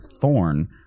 thorn